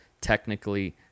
technically